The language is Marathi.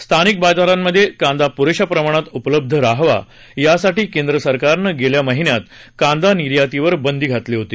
स्थानिक बाजारामध्ये कांदा प्रेशा प्रमाणात उपलब्ध रहावा यासाठी केंद्र सरकारनं गेल्या महिन्यात कांदा निर्यातीवर बंदी घातली होती